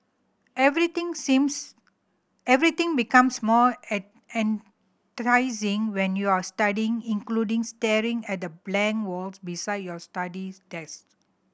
everything seems everything becomes more enticing when you're studying including staring at the blank walls beside your study desk